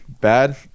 bad